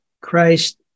Christ